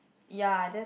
ya that's